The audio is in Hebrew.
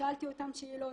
שאלתי אותם שאלות,